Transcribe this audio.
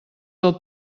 del